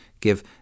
give